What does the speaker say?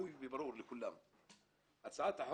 הוגשו לנו הסתייגויות של סיעת הרשימה המשותפת,